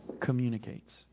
communicates